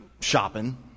shopping